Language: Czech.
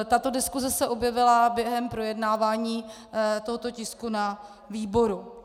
Tato diskuse se objevila během projednávání tohoto tisku na výboru.